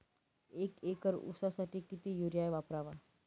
एक एकर ऊसासाठी किती युरिया वापरावा?